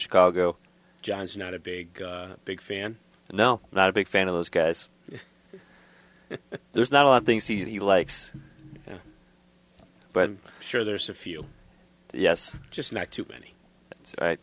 chicago johns not a big big fan now not a big fan of those guys there's not a lot of things he likes but i'm sure there's a few yes just not too many